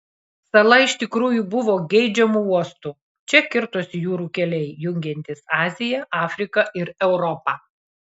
sala iš tikrųjų buvo geidžiamu uostu čia kirtosi jūrų keliai jungiantys aziją afriką ir europą